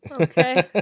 Okay